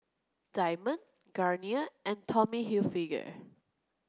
Diamond Garnier and Tommy Hilfiger